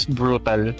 brutal